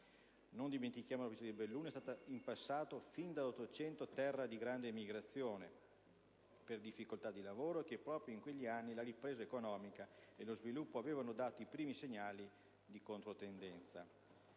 Non dimentichiamo che la provincia di Belluno è stata in passato, fin dall'800, terra di grande emigrazione per difficoltà di lavoro e che proprio in quegli anni la ripresa economica e lo sviluppo avevano dato i primi segnali di controtendenza.